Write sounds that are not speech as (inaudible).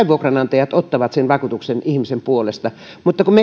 (unintelligible) vuokranantajat ottavat sen vakuutuksen ihmisen puolesta mutta kun (unintelligible)